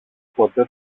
ποτέ